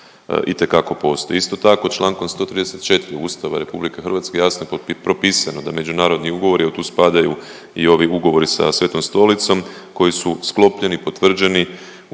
itekako postoji. Isto tako člankom 134. Ustava Republike Hrvatske jasno je propisano da međunarodni ugovori, a tu spadaju i ovi ugovori sa Svetom Stolicom koji su sklopljeni, potvrđeni